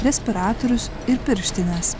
respiratorius ir pirštines